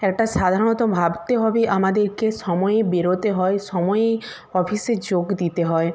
একটা সাধারণত ভাবতে হবে আমাদেরকে সময়ে বেরোতে হয় সময়ে অফিসে যোগ দিতে হয়